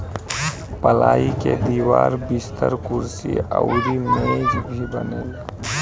पलाई के दीवार, बिस्तर, कुर्सी अउरी मेज भी बनेला